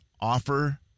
offer